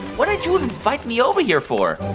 what did you invite me over here for?